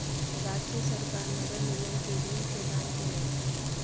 राज्य सरकार नगर निगम के ऋण प्रदान केलक